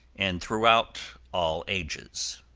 and throughout all ages.